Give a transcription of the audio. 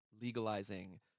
legalizing